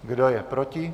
Kdo je proti?